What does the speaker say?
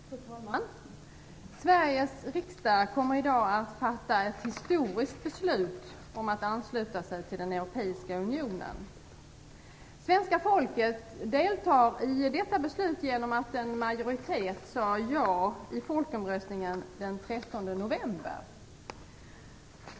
Fru talman! Sveriges riksdag kommer i dag att fatta ett historiskt beslut om att ansluta sig till den europeiska unionen. Svenska folket deltar i detta beslut genom att en majoritet sade ja i folkomröstningen den 13 november.